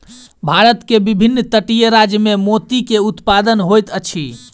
भारत के विभिन्न तटीय राज्य में मोती के उत्पादन होइत अछि